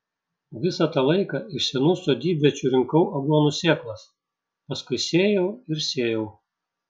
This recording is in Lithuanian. visą tą laiką iš senų sodybviečių rinkau aguonų sėklas paskui sėjau ir sėjau